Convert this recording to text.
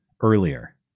earlier